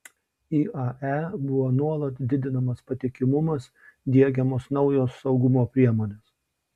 iae buvo nuolat didinamas patikimumas diegiamos naujos saugumo priemonės